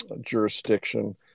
jurisdiction